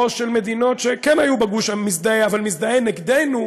או של מדינות שכן היו בגוש המזדהה אבל מזדהה נגדנו,